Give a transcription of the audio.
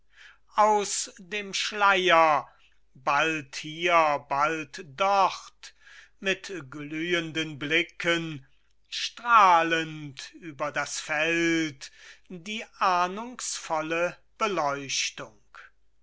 aus dem schleier bald hier bald dort mit glühenden blicken strahlend über das feld die ahnungsvolle beleuchtung